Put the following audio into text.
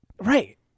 Right